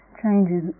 changes